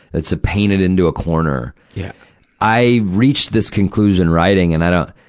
it's a painted-into-a-corner. yeah i reached this conclusion writing, and i don't, ah